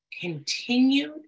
continued